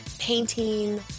painting